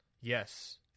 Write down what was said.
Yes